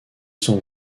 sont